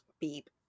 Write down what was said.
Beep